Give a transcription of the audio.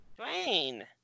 Dwayne